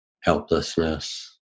helplessness